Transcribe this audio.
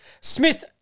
Smith